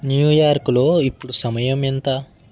న్యూయార్క్లో ఇప్పుడు సమయం ఎంత